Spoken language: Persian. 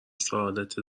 سعادت